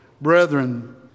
brethren